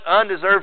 undeserved